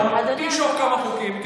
תמשוך כמה חוקים ותלכו הביתה.